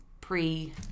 pre